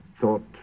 thought